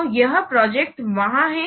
तो यह प्रोजेक्ट वहाँ है